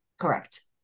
Correct